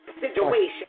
situation